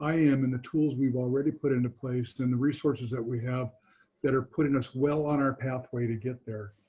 i am in the tools we've already put into place and the resources that we have that are putting us well on our pathway to get there.